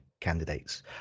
candidates